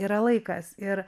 yra laikas ir